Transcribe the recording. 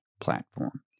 platform